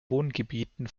wohngebieten